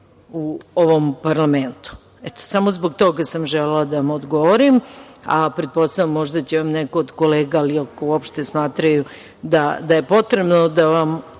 u ovom parlamentu. Samo zbog toga sam želela da vam odgovorim. Pretpostavljam, možda će vam neko od kolega ili ako uopšte smatraju da je potrebno da vam